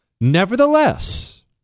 Nevertheless